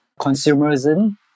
consumerism